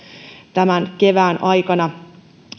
tämän kevään aikana